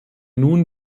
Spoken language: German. nun